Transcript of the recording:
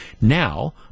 Now